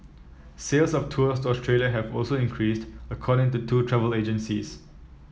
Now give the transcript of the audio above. sales of tours to Australia have also increased according to two travel agencies